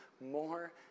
more